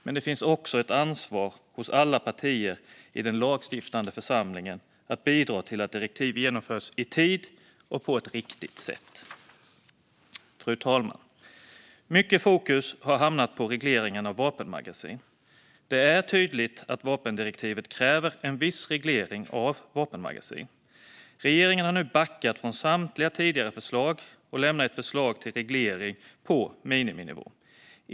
Men det finns också ett ansvar hos alla partier i den lagstiftande församlingen att bidra till att direktiv genomförs i tid och på ett riktigt sätt. Fru talman! Mycket fokus har hamnat på regleringen av vapenmagasin. Det är tydligt att vapendirektivet kräver en viss reglering av vapenmagasin. Regeringen har nu backat från samtliga tidigare förslag och lämnar ett förslag till reglering på miniminivå.